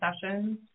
sessions